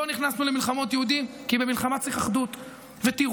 לא נכנסנו למלחמות יהודים, כי במלחמה צריך אחדות.